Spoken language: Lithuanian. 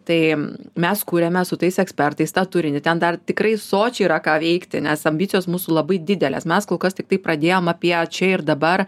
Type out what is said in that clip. tai mes kuriame su tais ekspertais tą turinį ten dar tikrai sočiai yra ką veikti nes ambicijos mūsų labai didelės mes kol kas tiktai pradėjom apie čia ir dabar